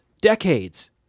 decades